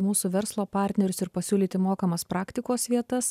mūsų verslo partnerius ir pasiūlyti mokamas praktikos vietas